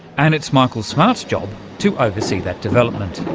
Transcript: and it's michael smart's job to oversee that development.